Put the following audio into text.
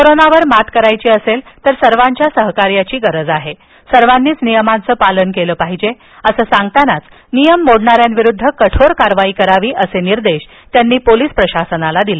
कोरोनावर मात करायची असेल तर सर्वांच्या सहकार्यांची गरज आहे सर्वानीच नियमांचं पालन केलं पाहिजे नियम मोडणाऱ्यांविरुद्ध कठोर कारवाई करावी असे निर्देश त्यांनी पोलीस प्रशासनाला दिले